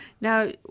Now